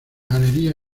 galería